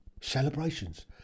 Celebrations